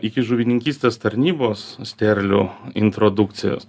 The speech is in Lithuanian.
iki žuvininkystės tarnybos sterlių introdukcijos